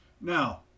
now